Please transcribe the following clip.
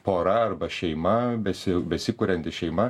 pora arba šeima besi besikurianti šeima